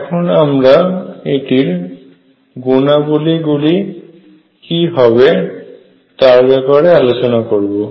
এখন আমরা এটির গুণাবলী গুলি কি হবে তার ব্যাপারে আলোচনা করব